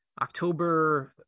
October